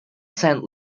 sent